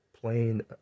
playing